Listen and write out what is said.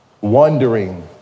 Wondering